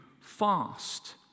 fast